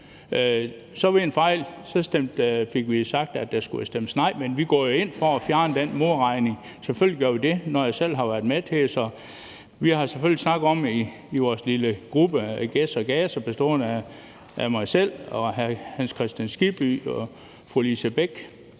på. Ved en fejl fik vi så sagt, at der skulle stemmes nej, men vi går jo ind for at fjerne den modregning, selvfølgelig gør vi det, når jeg selv har været med til det. Så vi har i vores lille gruppe af gæs og gaser bestående af mig selv, hr. Hans Kristian Skibby, fru Lise Bech,